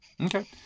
Okay